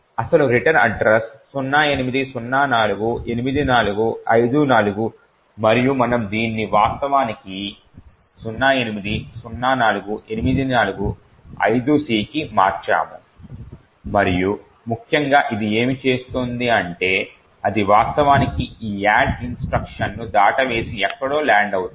అసలు return address 08048454 మరియు మనం దీన్ని వాస్తవానికి 08048454Cకి మార్చాము మరియు ముఖ్యంగా ఇది ఏమి చేస్తోంది అంటే అది వాస్తవానికి ఈ యాడ్ ఇన్స్ట్రక్షన్ను దాటవేసి ఎక్కడో ల్యాండ అవుతోంది